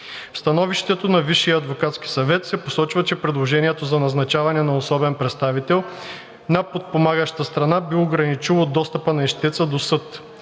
съвет се посочва, че предложението за назначаване на особен представител на подпомагаща страна би ограничило достъпа на ищеца до съд.